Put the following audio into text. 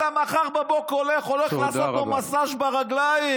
אתה מחר בבוקר הולך לעשות לו מסז' ברגליים.